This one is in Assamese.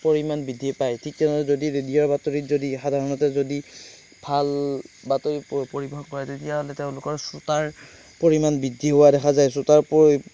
পৰিমাণ বৃদ্ধি পায় ঠিক তেনেদৰে যদি ৰেডিঅ'ৰ বাতৰিত যদি সাধাৰণতে যদি ভাল বাতৰি পৰিৱেশন কৰে তেতিয়াহ'লে তেওঁলোকৰ শ্ৰোতাৰ পৰিমাণ বৃদ্ধি হোৱা দেখা যায় শ্ৰোতাৰ